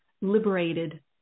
liberated